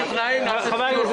הדיון.